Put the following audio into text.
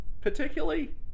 particularly